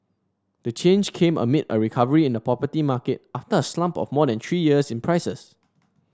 the change came amid a recovery in the property market after a slump of more than three years in prices